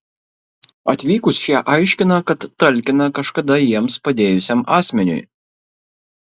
atvykus šie aiškina kad talkina kažkada jiems padėjusiam asmeniui